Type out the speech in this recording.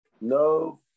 No